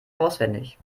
auswendig